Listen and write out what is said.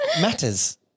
Matters